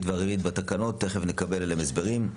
והרביעית בתקנות תכף נקבל עליו הסברים.